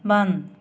बंद